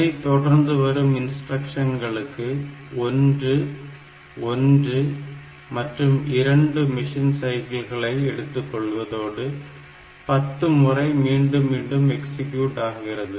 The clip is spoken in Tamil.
அதைத் தொடர்ந்து வரும் இன்ஸ்டிரக்ஷன்களுக்கு 1 1 மற்றும் 2 மிஷின்சைக்கிள்களை எடுத்துக் கொள்வதோடு பத்து முறை மீண்டும் மீண்டும் எக்ஸிக்யூட் ஆகிறது